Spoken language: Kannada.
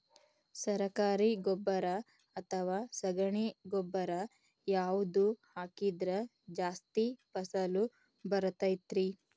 ಸರಕಾರಿ ಗೊಬ್ಬರ ಅಥವಾ ಸಗಣಿ ಗೊಬ್ಬರ ಯಾವ್ದು ಹಾಕಿದ್ರ ಜಾಸ್ತಿ ಫಸಲು ಬರತೈತ್ರಿ?